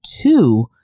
two